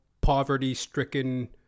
poverty-stricken